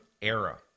era